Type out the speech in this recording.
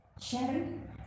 Sharon